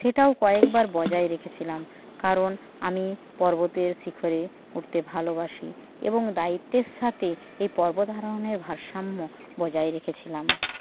সেটাও কয়েকবার বজায় রেখেছিলাম কারণ আমি পর্বতের শিখরে উঠতে ভালোবাসি এবং দায়িত্বের সাথে এই পর্বতারোহণের ভারসাম্য বজায় রেখেছিলাম